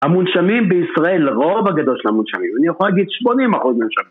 המונשמים בישראל, הרוב הגדול של המונשמים, אני יכול להגיד שמונים אחוז מונשמים.